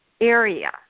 area